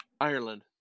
Ireland